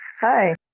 hi